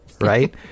Right